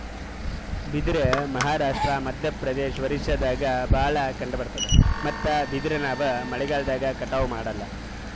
ಬಿದಿರ್ ಮಹಾರಾಷ್ಟ್ರ, ಮಧ್ಯಪ್ರದೇಶ್, ಒರಿಸ್ಸಾದಾಗ್ ಭಾಳ್ ಕಂಡಬರ್ತಾದ್ ಮತ್ತ್ ಬಿದಿರ್ ನಾವ್ ಮಳಿಗಾಲ್ದಾಗ್ ಕಟಾವು ಮಾಡಲ್ಲ